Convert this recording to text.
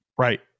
Right